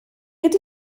ydy